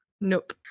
Nope